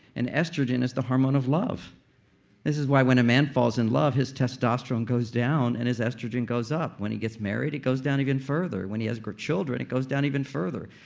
and estrogen is the hormone of love this is why when a man falls in love, his testosterone goes down and his estrogen goes up. when he gets married, it goes down even further. when he has children, it goes down even further.